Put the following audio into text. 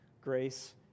grace